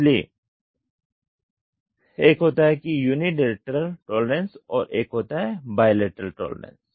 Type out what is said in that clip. इसलिए एक होता हैं युनीलेटरल टॉलरेंस और एक होता हैं बायलैटरल टॉलरेंस